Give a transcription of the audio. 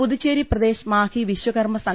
Puducherry Pradesh Mahe Vishwakarma Sangh